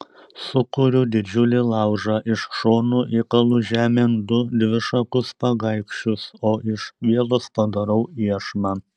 sukuriu didžiulį laužą iš šonų įkalu žemėn du dvišakus pagaikščius o iš vielos padarau iešmą